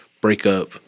breakup